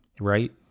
right